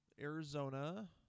Arizona